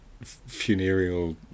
funereal